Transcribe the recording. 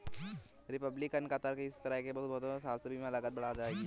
Republican का तर्क है कि इस तरह के मुकदमों से स्वास्थ्य बीमा लागत बढ़ जाएगी